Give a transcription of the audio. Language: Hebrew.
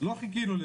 לא חיכינו,